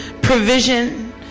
provision